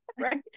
Right